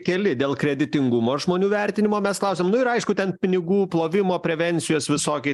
keli dėl kreditingumo žmonių vertinimo mes klausėm nu ir aišku ten pinigų plovimo prevencijos visokie